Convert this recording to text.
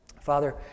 Father